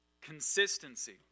Consistency